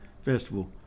festival